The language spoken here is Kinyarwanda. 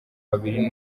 babiri